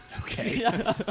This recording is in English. Okay